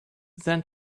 then